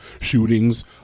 shootings